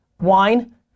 Wine